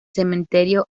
cementerio